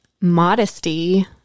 modesty